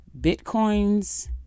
bitcoins